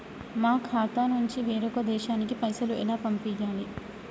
మా ఖాతా నుంచి వేరొక దేశానికి పైసలు ఎలా పంపియ్యాలి?